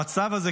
המצב הזה,